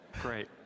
Great